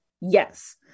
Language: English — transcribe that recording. yes